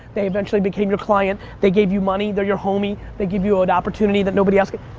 they eventually became your client. they gave you money. they're your homie. they give you ah an opportunity that nobody else can.